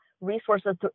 resources